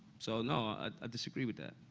so, no, i disagree with that.